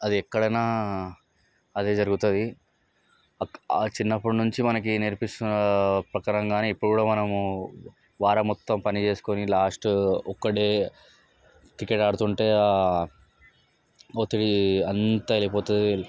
అది ఎక్కడైనా అదే జరుగుతుంది ఆ చిన్నప్పటి నుంచి మనకి నేర్పిస్తున్న ప్రకారం కానీ ఇప్పుడు కూడా మనము వారం మొత్తం పని చేసుకొని లాస్ట్ ఒక్క డే క్రికెట్ ఆడుతుంటే ఒత్తిడి అంతా వెళ్ళిపోతుంది